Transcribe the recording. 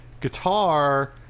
guitar